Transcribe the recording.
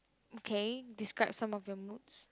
okay describe some of your moods